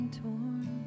torn